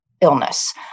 illness